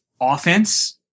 offense